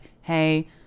hey